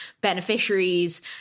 beneficiaries